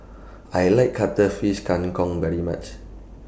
I like Cuttlefish Kang Kong very much